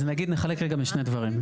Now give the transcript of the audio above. אז נגיד, נחלק רק לשני דברים.